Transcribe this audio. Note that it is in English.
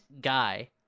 guy